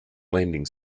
landing